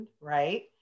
right